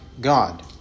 God